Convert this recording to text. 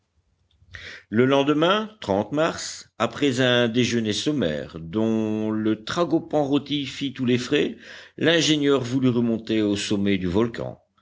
le lendemain mars après un déjeuner sommaire dont le tragopan rôti fit tous les frais l'ingénieur voulut remonter au sommet du volcan